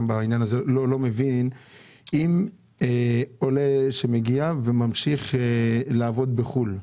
אם עולה מגיע וממשיך לעבוד בחוץ לארץ.